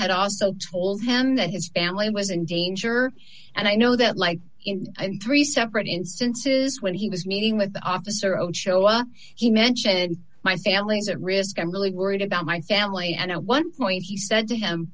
had also told him that his family was in danger and i know that like in three separate instances when he was meeting with the officer ochoa he mentioned my failings at risk i'm really worried about my family and at one point he said to him